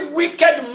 wicked